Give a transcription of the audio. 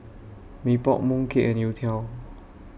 Mee Pok Mooncake and Youtiao